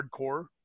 hardcore